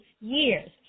years